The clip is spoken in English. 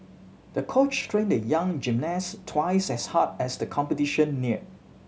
the coach trained the young gymnast twice as hard as the competition neared